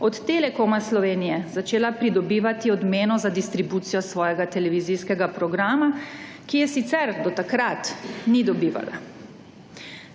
od Telekoma Slovenije začela pridobivati odmeno za distribucijo svojega televizijskega programa, ki je sicer do takrat ni dobivala.